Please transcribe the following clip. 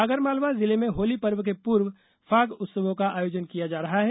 आगरमालवा जिले में होली पर्व के पूर्व फाग उत्सवों का आयोजन किया जा रहा है